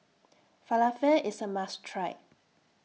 Falafel IS A must Try